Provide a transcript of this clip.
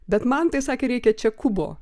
bet man tai sakė reikia čia kubo